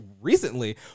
recently